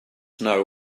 know